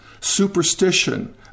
superstition